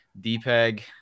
dpeg